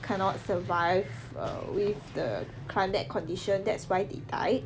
cannot survive err with the climate condition that's why they died